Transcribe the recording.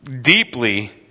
deeply